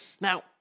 Now